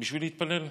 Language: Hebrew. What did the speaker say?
בשביל להתפלל,